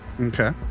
Okay